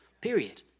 Period